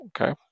Okay